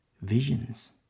visions